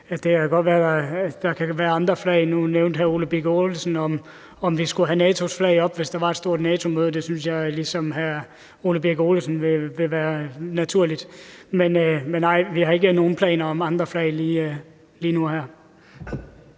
nævnte hr. Ole Birk Olesen, om vi skulle have NATO's flag op, hvis der var et stort NATO-møde, og det synes jeg ligesom hr. Ole Birk Olesen ville være naturligt. Men nej, vi har ikke nogen planer om andre flag lige nu